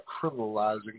criminalizing